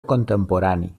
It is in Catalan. contemporani